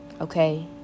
okay